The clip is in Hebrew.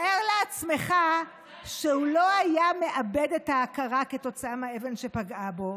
תאר לעצמך שהוא לא היה מאבד את ההכרה כתוצאה מהאבן שפגעה בו,